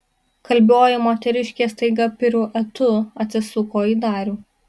kalbioji moteriškė staiga piruetu atsisuko į darių